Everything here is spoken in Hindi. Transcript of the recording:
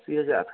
अस्सी हज़ार